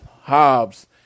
Hobbs